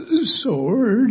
sword